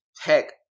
Heck